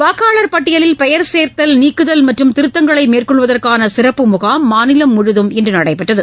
வாக்காளர் பட்டியலில் பெயர் சேர்த்தல் நீக்குதல் மற்றும் திருத்தங்களை மேற்கொள்வதற்கான சிறப்பு முகாம் மாநிலம் முழுவதும் இன்று நடைபெற்றது